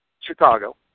Chicago